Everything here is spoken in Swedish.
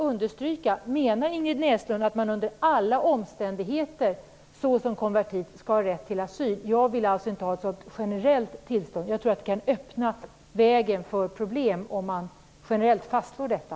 Men menar Ingrid Näslund att en konvertit skall ha rätt till asyl under alla omständigheter? Jag vill inte ha ett sådant generellt tillstånd - jag tror att det kan öppna vägen för problem, om man generellt fastslår detta.